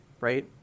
right